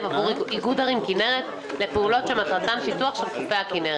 עבור איגוד ערים כנרת לפעולות שמטרתן פיתוח של חופי הכנרת.